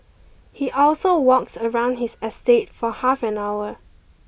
he also walks around his estate for half an hour